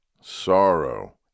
sorrow